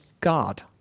God